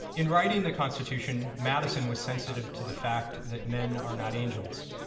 in writing the constitution, madison was sensitive to the fact that men are not angels.